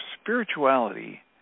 spirituality